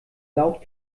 laut